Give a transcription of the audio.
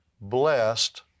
Blessed